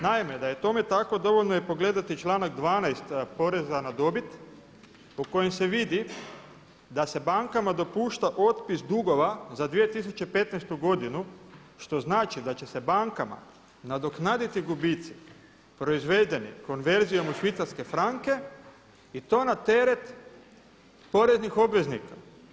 Naime, da je tome tako dovoljno je pogledati članak 12. poreza na dobit po kojem se vidi da se bankama dopušta otpis dugova za 2015. godinu što znači da će se bankama nadoknaditi gubici proizvedeni konverzijom u švicarske franke i to na teret poreznih obveznika.